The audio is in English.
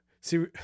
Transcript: see